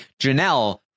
Janelle